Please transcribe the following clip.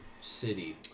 city